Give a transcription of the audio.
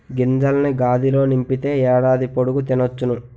గింజల్ని గాదిలో నింపితే ఏడాది పొడుగు తినొచ్చును